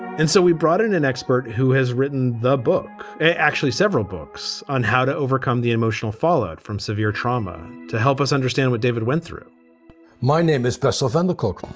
and so we brought in an expert who has written the book, actually several books on how to overcome the emotional followed from severe trauma. to help us understand what david went through my name is pestles undercook.